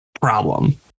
problem